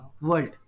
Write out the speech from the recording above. world